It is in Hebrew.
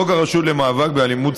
חוק הרשות למאבק באלימות,